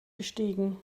gestiegen